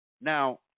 Now